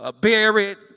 buried